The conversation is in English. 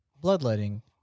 bloodletting